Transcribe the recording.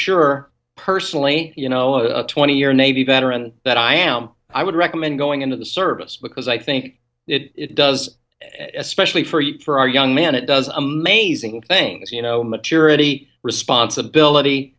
sure personally you know a twenty year navy veteran that i am i would recommend going into the service because i think it does especially for you for our young man it does amazing things you know maturity responsibility